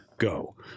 Go